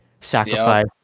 sacrifice